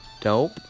dope